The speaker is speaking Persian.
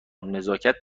نزاکت